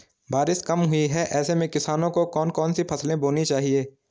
बारिश कम हुई है ऐसे में किसानों को कौन कौन सी फसलें बोनी चाहिए?